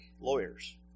lawyers